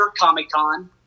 Comic-Con